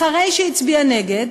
אחרי שהצביעה נגד,